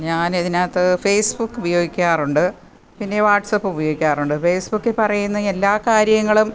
ഞാനിതിനകത്ത് Facebook ഉപയോഗിക്കാറുണ്ട് പിന്നെ WhatsApp ഉപയോഗിക്കാറുണ്ട് ഫേസ്ബുക്കിൽ പറയുന്ന എല്ലാ കാര്യങ്ങളും